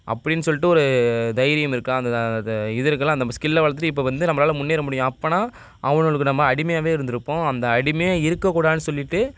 அப்டின்னு சொல்லிட்டு ஒரு தைரியம் இருக்கா அந்த இது இருக்குதுல அந் நம்ப ஸ்கில்லை வளர்த்துட்டு இப்போ வந்து நம்பளால் முன்னேற முடியும் அப்படின்னா அவனோலுக்கு நம்ம அடிமையாகவே இருந்திருப்போம் அந்த அடிமையாக இருக்கக்கூடாதுன் சொல்லிட்டு